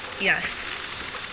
Yes